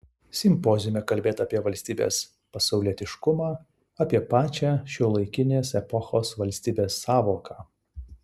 simpoziume kalbėta apie valstybės pasaulietiškumą apie pačią šiuolaikinės epochos valstybės sąvoką